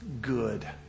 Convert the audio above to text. good